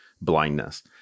blindness